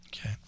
Okay